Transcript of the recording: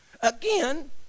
Again